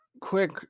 quick